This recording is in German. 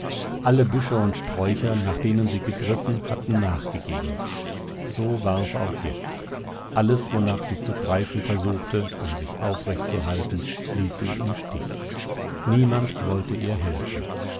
alle büsche und sträucher nach denen sie gegriffen hatten nachgegeben so war es auch jetzt alles wonach sie zu greifen versuchte um sich aufrechtzuhalten ließ sie im stich niemand wollte ihr helfen